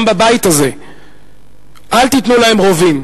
גם בבית הזה: אל תיתנו להם רובים.